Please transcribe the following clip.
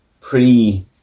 pre